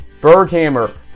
Berghammer